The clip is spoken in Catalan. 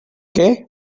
què